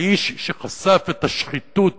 האיש שחשף את השחיתות